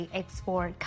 export